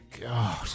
God